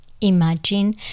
Imagine